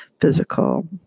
physical